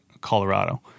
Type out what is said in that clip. Colorado